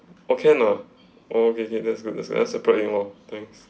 okay lah oh okay okay that good just separate them both